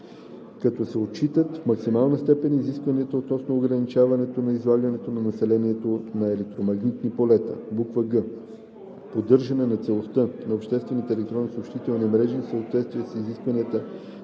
като се отчитат в максимална степен изискванията относно ограничаването на излагането на населението на електромагнитни полета; г) поддържане на целостта на обществените електронни съобщителни мрежи в съответствие с изискванията